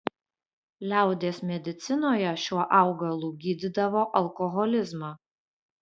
liaudies medicinoje šiuo augalu gydydavo alkoholizmą